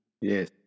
Yes